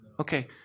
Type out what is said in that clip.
Okay